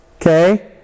Okay